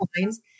lines